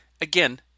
again